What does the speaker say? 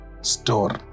store